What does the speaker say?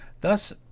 Thus